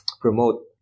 promote